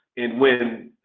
and when,